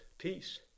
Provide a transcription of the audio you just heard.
peace